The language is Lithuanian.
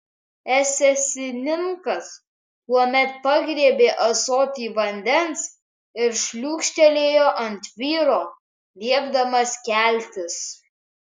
esesininkas tuomet pagriebė ąsotį vandens ir šliūkštelėjo ant vyro liepdamas keltis